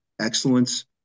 excellence